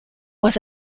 was